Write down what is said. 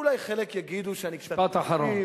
אולי חלק יגידו שאני קצת מגזים, משפט אחרון.